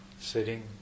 sitting